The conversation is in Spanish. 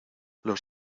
los